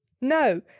No